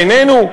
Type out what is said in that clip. בינינו,